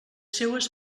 seues